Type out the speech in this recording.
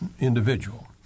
individual